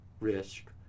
risk